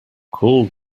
call